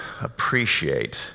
appreciate